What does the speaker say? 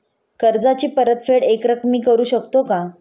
कर्जाची परतफेड एकरकमी करू शकतो का?